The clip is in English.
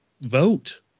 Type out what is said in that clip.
vote